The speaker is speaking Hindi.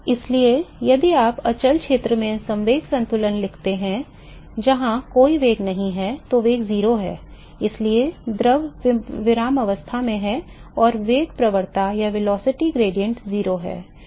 इसलिए यदि आप अचल क्षेत्र में संवेग संतुलन लिखते हैं जहां कोई वेग नहीं है तो वेग 0 है क्योंकि द्रव विरामावस्था में है और वेग प्रवणता 0 है